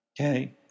Okay